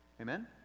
amen